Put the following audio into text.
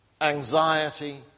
Anxiety